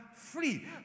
Free